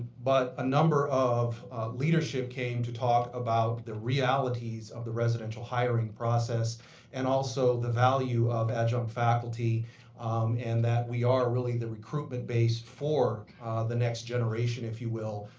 but a number of leadership came to talk about the realities of the residential hiring process and also the value of adjunct faculty and that we are really the recruitment base for the next generation, if you will,